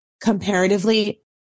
comparatively